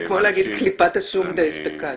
זה כמו להגיד קליפת השום דאשתקד.